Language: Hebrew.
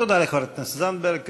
תודה לחברת הכנסת תמר זנדברג.